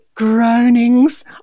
groanings